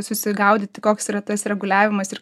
susigaudyti koks yra tas reguliavimas ir